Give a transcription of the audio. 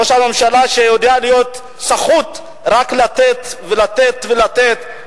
ראש ממשלה שיודע להיות סחוט רק לתת ולתת ולתת,